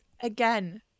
again